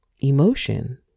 emotion